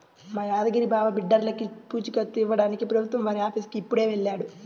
మా యాదగిరి బావ బిడ్డర్లకి పూచీకత్తు ఇవ్వడానికి ప్రభుత్వం వారి ఆఫీసుకి ఇప్పుడే వెళ్ళాడు